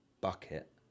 bucket